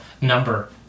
number